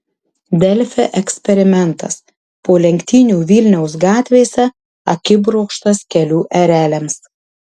delfi eksperimentas po lenktynių vilniaus gatvėse akibrokštas kelių ereliams